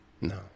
No